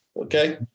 Okay